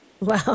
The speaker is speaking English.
Wow